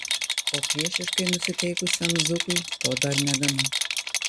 o priešiškai nusiteikusiam zukui to dar negana